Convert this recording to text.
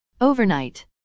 Overnight